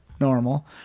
normal